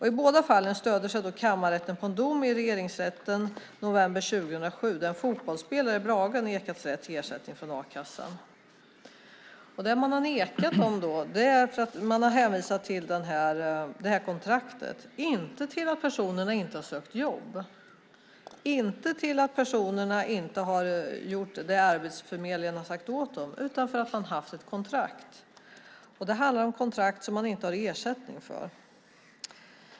I båda fallen stöder sig kammarrätten sig på en dom i Regeringsrätten från november 2007 där en fotbollsspelare i Brage nekats ersättning från a-kassan. Man har nekat dem ersättning och hänvisat till kontraktet och inte till att personen inte sökt jobb. Det är inte på grund av att personerna inte har gjort det som Arbetsförmedlingen sagt åt dem utan därför att man haft ett kontrakt. Det handlar om kontrakt som man inte har ersättning för.